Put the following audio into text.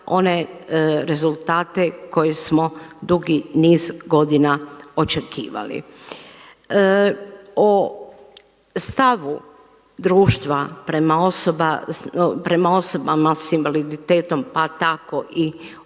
one rezultate koje smo dugi niz godina očekivali. O stavu društva prema osobama sa invaliditetom, pa tako i osobama